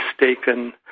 mistaken